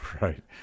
Right